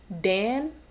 dan